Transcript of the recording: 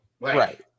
Right